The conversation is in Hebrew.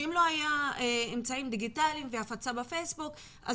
שאם לא היה אמצעים דיגיטליים והפצה בפייסבוק אז